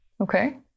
Okay